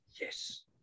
Yes